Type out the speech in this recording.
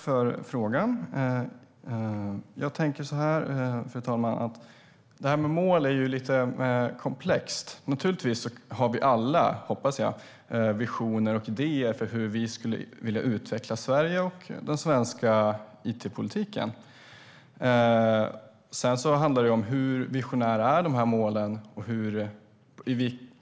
Fru talman! Tack för frågan! Det här med mål är lite komplext. Vi har alla, hoppas jag, visioner och idéer för hur vi skulle vilja utveckla Sverige och den svenska it-politiken. Sedan handlar det om hur visionära dessa mål är och i